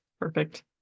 perfect